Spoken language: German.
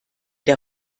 der